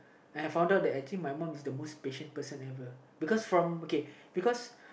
I've found out that actually my mum is the most patient person ever because from okay because